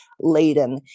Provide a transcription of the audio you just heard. laden